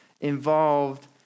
involved